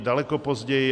Daleko později.